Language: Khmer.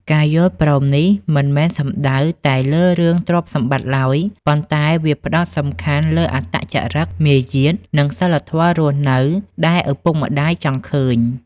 ការយល់ព្រមនេះមិនមែនសំដៅតែលើរឿងទ្រព្យសម្បត្តិឡើយ ប៉ុន្តែវាផ្ដោតសំខាន់លើអត្តចរិត មាយាទ និងសីលធម៌រស់នៅដែលឪពុកម្ដាយចង់ឃើញ។